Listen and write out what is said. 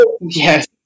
Yes